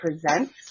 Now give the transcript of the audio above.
presents